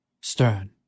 stern